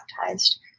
baptized